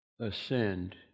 Ascend